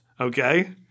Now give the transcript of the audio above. okay